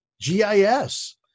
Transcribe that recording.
GIS